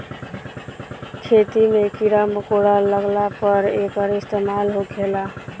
खेती मे कीड़ा मकौड़ा लगला पर एकर इस्तेमाल होखेला